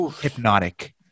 hypnotic